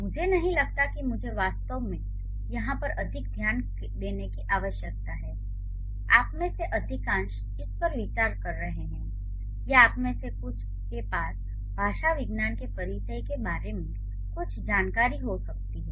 मुझे नहीं लगता कि मुझे वास्तव में यहां पर अधिक ध्यान देने की आवश्यकता है आप में से अधिकांश इस पर विचार कर रहे हैं या आप में से कुछ के पास भाषा विज्ञान के परिचय के बारे में कुछ जानकारी हो सकती है